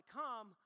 come